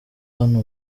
hano